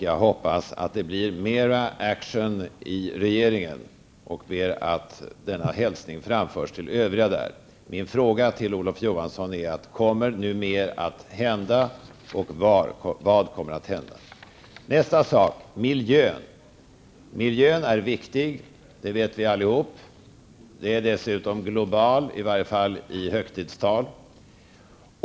Jag hoppas att det blir mera action i regeringen och ber att denna hälsning framförs till övriga där. Min fråga till Olof Johansson är: Kommer mer att hända, och vad? Miljön är viktig, det vet vi allihop. Den är dessutom global, i varje fall i högtidstal.